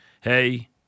hey